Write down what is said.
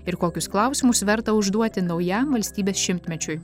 ir kokius klausimus verta užduoti naujam valstybės šimtmečiui